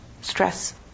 Stress